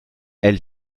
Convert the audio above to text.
elle